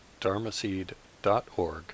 dharmaseed.org